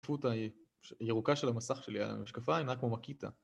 בזכות הירוקה של המסך שלי, המשקפיים, נראה כמו מקיטה